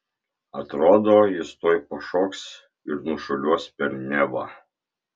atrodo jis tuoj pašoks ir nušuoliuos per nevą